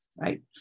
right